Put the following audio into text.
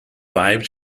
five